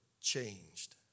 changed